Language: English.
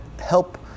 help